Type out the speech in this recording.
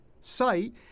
site